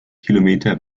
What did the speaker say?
kilometer